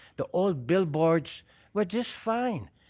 the old billboards were just fine.